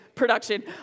production